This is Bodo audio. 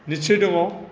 निस्सय दङ